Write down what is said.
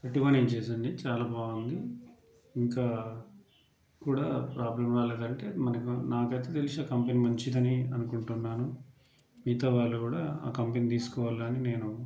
thirty one inches అండి చాలా బాగుంది ఇంకా కూడా ప్రాబ్లమ్ రాలేదంటే మనకు నాకయితే తెలుసు కంపెనీ మంచిదని అనుకొంటున్నాను మిగతావాళ్ళు కూడా ఆ కంపెనీని తీసుకోవాలని నేను